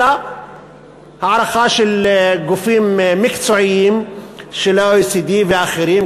אלא הערכה של גופים מקצועיים של ה-OECD ואחרים,